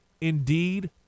indeed